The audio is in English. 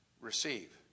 receive